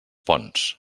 ponts